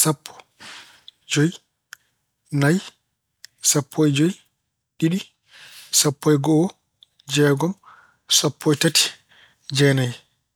sappo, joyi, nayi, sappo e joy, ɗiɗi, sappo e go'o, jeegom, sappo e tati, jeenayi.